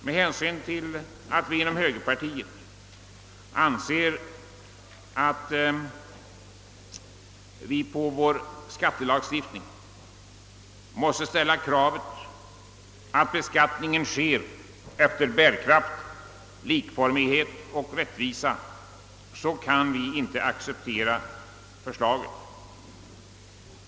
Med hänsyn till att vi inom högerpartiet anser att man på vår skattelagstiftning måste ställa kravet att beskattningenisker efter bärkraft, likformigt och rättvist, kan vi inte acceptera förslaget.